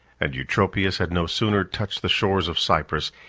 and eutropius had no sooner touched the shores of cyprus,